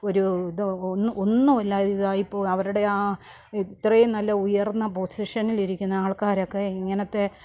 ഒരു ഇത് ഒന്ന് ഒന്നും അല്ലാതെയായി പോയി അവരുടെ ആ ഇത്രയും നല്ല ഉയർന്ന പൊസിഷനിൽ ഇരിക്കുന്ന ആൾക്കാരൊക്കെ ഇങ്ങനെത്തെ